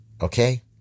Okay